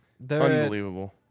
Unbelievable